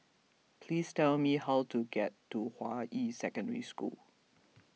please tell me how to get to Hua Yi Secondary School